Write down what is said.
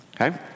Okay